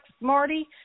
Marty